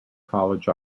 college